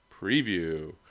preview